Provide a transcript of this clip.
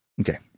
Okay